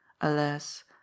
Alas